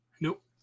Nope